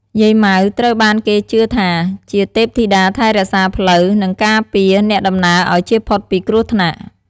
យាយម៉ៅ ត្រូវបានគេជឿថាជា ទេពធីតាថែរក្សាផ្លូវ និងការពារអ្នកដំណើរឱ្យជៀសផុតពីគ្រោះថ្នាក់។